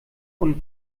und